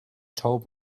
told